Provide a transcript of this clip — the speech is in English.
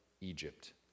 Egypt